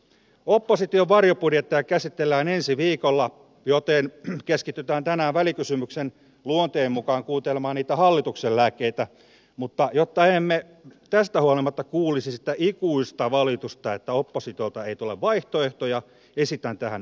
opposition varjobudjettia käsitellään ensi viikolla joten keskitytään tänään välikysymyksen luonteen mukaan kuuntelemaan niitä hallituksen lääkkeitä mutta jotta emme tästä huolimatta kuulisi sitä ikuista valitusta että oppositiolta ei tule vaihtoehtoja esitän tähän muutaman